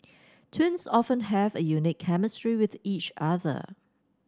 twins often have a unique chemistry with each other